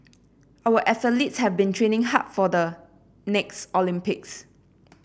our athletes have been training hard for the next Olympics